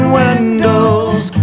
windows